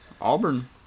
Auburn